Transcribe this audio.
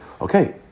Okay